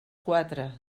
quatre